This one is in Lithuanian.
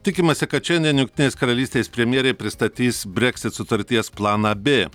tikimasi kad šiandien jungtinės karalystės premjerė pristatys breksit sutarties planą b